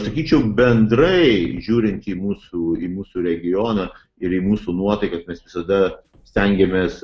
sakyčiau bendrai žiūrint į mūsų į mūsų regioną ir į mūsų nuotaiką kad mes visada stengiamės